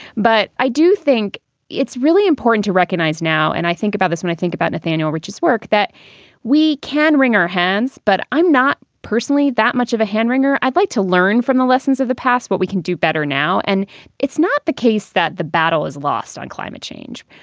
but i do think it's really important to recognize now and i think about this when i think about nathaniel rich's work, that we can wring our hands. but i'm not personally that much of a hand-wringers. i'd like to learn from the lessons of the past what we can do better now. and it's not the case that the battle is lost on climate change.